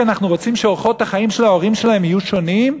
כי אנחנו רוצים שאורחות החיים של ההורים שלהם יהיו שונים?